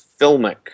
filmic